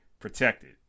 protected